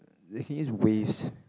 they can use waves